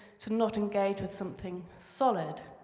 to not engage with something solid.